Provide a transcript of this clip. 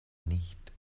nicht